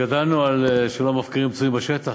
גדלנו על כך שלא מפקירים פצועים בשטח,